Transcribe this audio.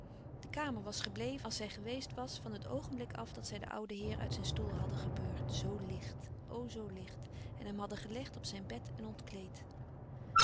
de kamer was gebleven als zij geweest was van het oogenblik af dat zij den ouden heer uit zijn stoel hadden gebeurd zoo licht o zoo licht en hem hadden gelegd op zijn bed en ontkleed